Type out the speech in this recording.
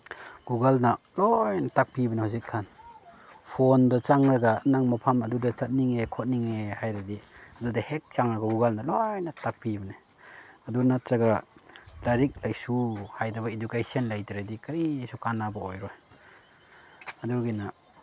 ꯒꯨꯒꯜꯅ ꯂꯣꯏꯅ ꯇꯥꯛꯄꯤꯕꯅꯦ ꯍꯧꯖꯤꯛꯀꯥꯟ ꯐꯣꯟꯗ ꯆꯪꯂꯒ ꯅꯪ ꯃꯐꯝ ꯑꯗꯨꯗ ꯆꯠꯅꯤꯡꯉꯦ ꯈꯣꯠꯅꯤꯡꯉꯦ ꯍꯥꯏꯔꯗꯤ ꯑꯗꯨꯗ ꯍꯦꯛ ꯆꯪꯉꯒ ꯒꯨꯒꯜꯗ ꯂꯣꯏꯅ ꯇꯥꯛꯄꯤꯕꯅꯦ ꯑꯗꯨ ꯅꯠꯇ꯭ꯔꯒ ꯂꯥꯏꯔꯤꯛ ꯂꯥꯏꯁꯨ ꯍꯩꯇꯕ ꯏꯗꯨꯀꯦꯁꯟ ꯂꯩꯇ꯭ꯔꯗꯤ ꯀꯔꯤꯁꯨ ꯀꯥꯅꯕ ꯑꯣꯏꯔꯣꯏ ꯑꯗꯨꯒꯤꯅ